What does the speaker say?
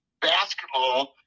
basketball